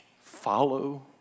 follow